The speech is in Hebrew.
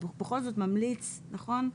הוא בכל זאת ממליץ, נכון?